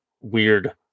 weird